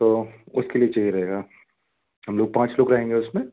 तो उसके लिए चाहिए रहेगा हम लोग पाँच लोग रहेंगे उस में